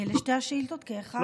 על שתי השאילתות כאחת?